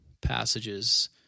passages